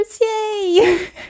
yay